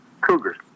cougars